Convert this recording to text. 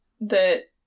that-